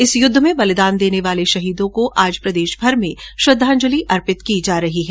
इस युद्ध में बलिदान देने वाले शहीदों को आज प्रदेशमर में श्रद्धाजलि अर्पित की जा रही है